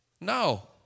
No